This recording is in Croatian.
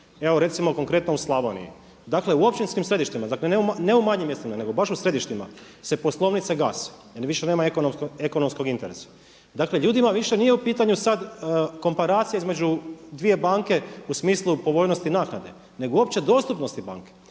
evo recimo konkretno u Slavoniji. Dakle u općinskim središtima, dakle ne u manjim mjestima nego baš u središtima se poslovnice gase jer više nema ekonomskog interesa. Dakle ljudima više nije u pitanju sada komparacija između dvije banke u smislu povoljnosti naknade nego uopće dostupnosti banke.